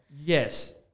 Yes